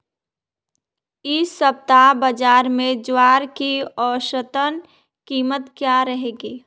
इस सप्ताह बाज़ार में ज्वार की औसतन कीमत क्या रहेगी?